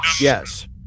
yes